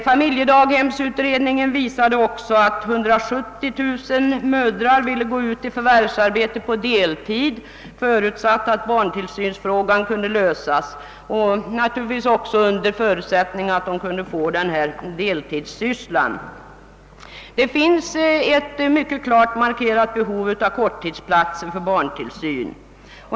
Familjedaghemsutredningen visade också, att 170 000 mödrar ville gå ut i förvärvsarbete på deltid, förutsatt att barntillsynsfrågan kunde lösas och naturligtvis också under förutsättning att de kunde få en deltidssyssla. Det finns ett mycket klart markerat behov av korttidsplatser för barntillsyn.